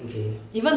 okay